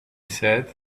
said